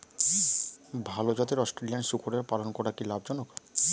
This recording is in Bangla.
ভাল জাতের অস্ট্রেলিয়ান শূকরের পালন করা কী লাভ জনক?